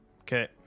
Okay